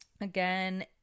Again